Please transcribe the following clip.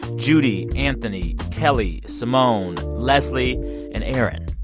judy, anthony, kelly, simone, leslie and erin.